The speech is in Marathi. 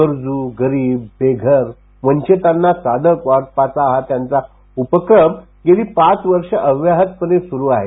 गरजू गरीब बेघर वंचितांना चादर वाटपाचा हा त्यांचा उपक्रम गेली पाच वर्ष अव्याहत सुरू आहे